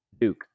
Duke